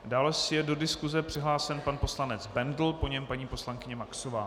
Dále je do diskuse přihlášen pan poslanec Bendl, po něm paní poslankyně Maxová.